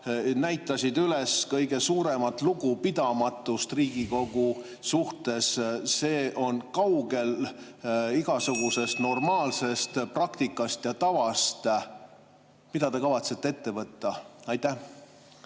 näitasid üles kõige suuremat lugupidamatust Riigikogu suhtes. See on kaugel igasugusest normaalsest praktikast ja tavast. Mida te kavatsete ette võtta? Aitäh!